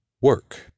work